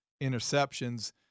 interceptions